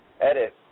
edit